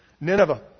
Nineveh